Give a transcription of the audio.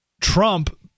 Trump